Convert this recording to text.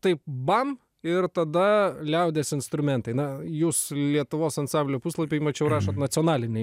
taip bam ir tada liaudies instrumentai na jūs lietuvos ansamblio puslapiai mačiau rašot nacionaliniai